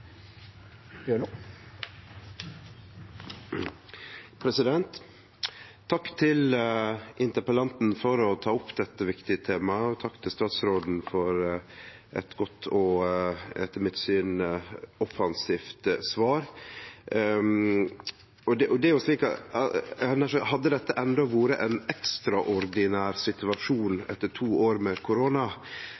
Takk til interpellanten for å ta opp dette viktige temaet, og takk til statsråden for eit godt og, etter mitt syn, offensivt svar. Hadde dette enda vore ein ekstraordinær situasjon etter to år med korona, hadde det vore